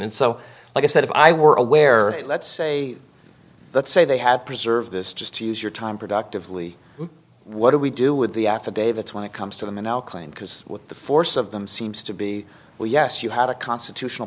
and so like i said if i were aware let's say let's say they have preserved this just to use your time productively what do we do with the affidavits when it comes to the now claim because with the force of them seems to be well yes you had a constitutional